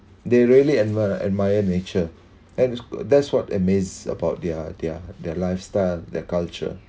they really admire admire nature and that's what amazed about their their their lifestyle their culture